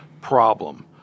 problem